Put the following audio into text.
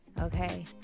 okay